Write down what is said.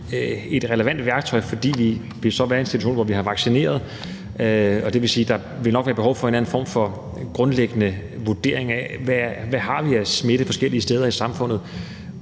et relevant værktøj, fordi vi så vil være i en situation, hvor vi har vaccineret, så vil der nok være behov for en eller anden form for grundlæggende vurdering af, hvad vi har af smitte forskellige steder i samfundet.